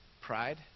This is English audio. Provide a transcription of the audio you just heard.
Pride